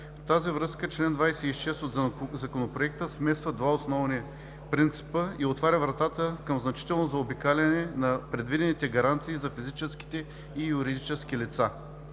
тази връзка чл. 26 от Законопроекта смесва два основни принципа и отваря врата към значително заобикаляне на предвидените гаранции за физическите и юридическите лица.